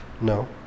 no